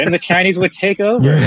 and the chinese would take up